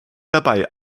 dabei